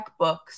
checkbooks